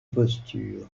posture